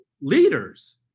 leaders